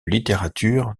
littérature